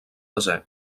desè